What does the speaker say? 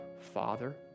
father